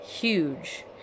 huge